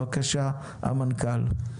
בבקשה, המנכ"ל.